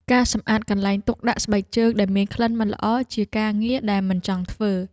ការសម្អាតកន្លែងទុកដាក់ស្បែកជើងដែលមានក្លិនមិនល្អ ជាការងារដែលមិនចង់ធ្វើ។